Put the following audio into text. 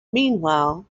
meanwhile